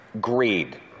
greed